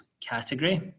category